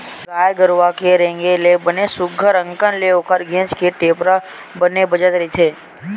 गाय गरुवा के रेगे ले बने सुग्घर अंकन ले ओखर घेंच के टेपरा बने बजत रहिथे